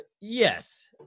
Yes